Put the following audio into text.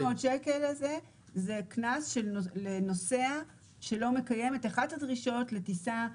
ה-2,500 האלו זה קנס לנוסע שלא מקיים את אחת הדרישות לטיסה,